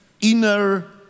Inner